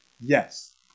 Yes